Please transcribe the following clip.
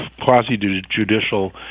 quasi-judicial